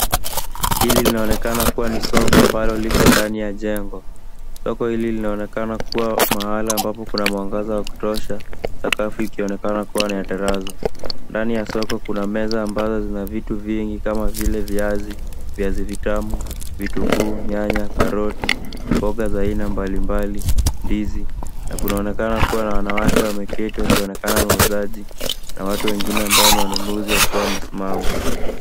Hili linaonekana kuwa ni soko ambalo liko ndani ya jengo. Soko hili linaonejkana kuwa mahala ambaapo kuna mwangaza wa kutosha, sakafu ikionekana kuwa ni ya tarazo. Ndani ya soko kuna meza ambazo zina vitu vingi kama vile viazi, viazi vitamu, vitunguu, nyanya, karoti, mboga za aina mbalimbali, ndizi, na kunaonekana kuwa na wanawake wameketi wakionekana wauzaji na watu wengine ambao ni wanunuzi wakiwa wamesimama.